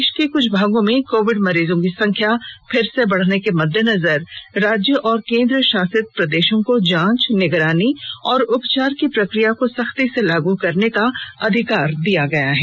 देश के कुछ भागों में कोविड मरीजों की संख्या फिर से बढ़ने के मद्देनजर राज्य और केन्द्रशासित प्रदेशों को जांच निगरानी और उपचार की प्रक्रिया को सख्ती से लागू करने का अधिकार दिया गया है